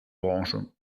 branche